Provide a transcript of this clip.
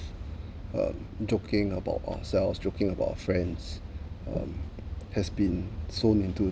um joking about ourselves joking about friends um has been sown into